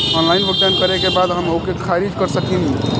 Online भुगतान करे के बाद हम ओके खारिज कर सकेनि?